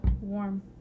warm